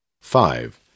Five